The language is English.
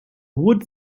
wood